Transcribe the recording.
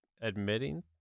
admitting